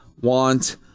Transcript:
want